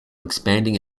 expanding